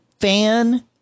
fan